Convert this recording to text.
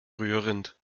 rührend